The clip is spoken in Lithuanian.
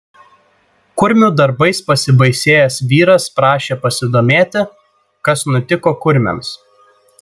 kurmių darbais pasibaisėjęs vyras prašė pasidomėti kas nutiko kurmiams